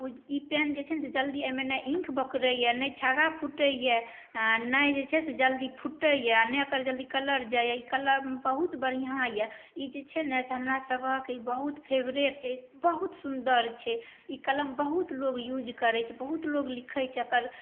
ई pen जे छै ने जल्दी एहिमे ने इङ्क बोकरैए नहि छागा फुटैए नहि जे जल्दी फुटैए नहि ओकर जल्दी कलर जाइए ई कलम बहुत बढ़िआँ अइ ई जे छै ने हमरासबके बहुत फेवरेट अछि बहुत सुन्दर छै ई कलम बहुत लोक यूज करै छै बहुत लोक लिखै छै